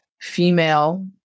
female